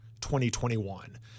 2021